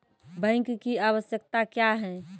Bank की आवश्यकता क्या हैं?